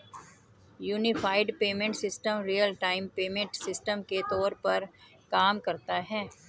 unified payment system real time payment system के तौर पर काम करता है